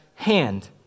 hand